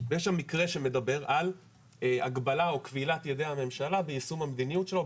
ויש שם מקרה שמדבר על הגבלה או כבילת ידי הממשלה ביישום המדיניות שלו,